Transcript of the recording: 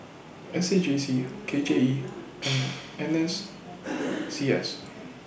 S A J C K J E and N S C S